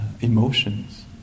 emotions